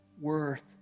worth